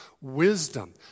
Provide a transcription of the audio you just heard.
wisdom